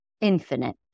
infinite